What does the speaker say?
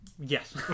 yes